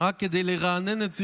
רק כדי לרענן את זיכרוננו,